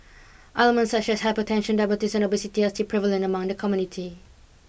ailments such as hypertension diabetes and obesity are still prevalent among the community